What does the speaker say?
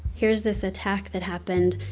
here's this attack that happened.